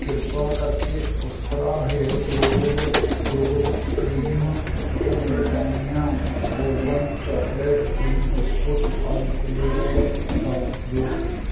ਕਿਰਪਾ ਕਰਕੇ ਉਸਤਰਾ ਹੇਅਰ ਗਰੋਬ ਗਰੋਥ ਕਰੀਮ ਅਤੇ Britannia Bourbon chocolate cream biscuit ਅੱਜ ਡਿਲੀਵਰ ਕਰ ਦਿਉ